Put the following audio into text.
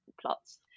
plots